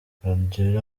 guardiola